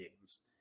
games